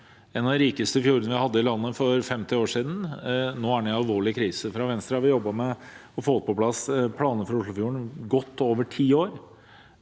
en av de rikeste fjordene vi hadde i landet for 50 år siden, er nå i alvorlig krise. Fra Venstre har vi jobbet med å få på plass planer for Oslofjorden i godt over ti år.